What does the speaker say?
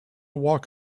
walk